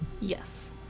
Yes